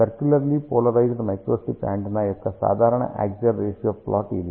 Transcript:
circularly polarised microstrip antenna యొక్క సాధారణ axial ratio plot ఇది